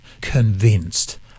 convinced